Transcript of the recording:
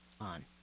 on